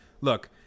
look